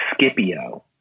Scipio